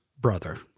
brother